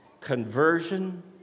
conversion